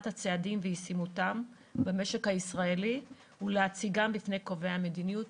הצעדים וישימותם במשק הישראלי ולהציגם בפני קובעי המדיניות.